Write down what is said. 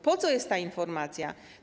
Po co jest ta informacja?